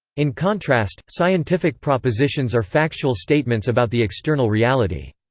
in contrast, scientific propositions are factual statements about the external reality.